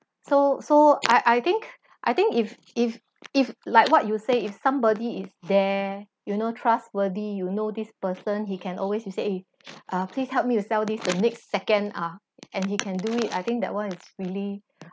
so so I I think I think if if if like what you say if somebody is there you know trustworthy you know this person he can always you say eh please help me to sell this the next second ah and he can do it I think that one is really